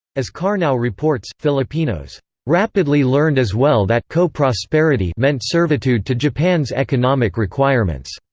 as karnow reports, filipinos rapidly learned as well that co-prosperity meant servitude to japan's economic requirements.